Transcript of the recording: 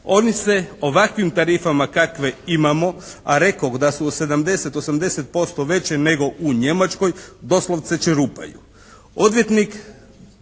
Oni se ovakvim tarifama kakve imamo, a rekoh da su u 70, 80% veće nego u Njemačkoj, doslovce čerupaju.